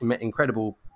incredible